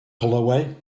colorway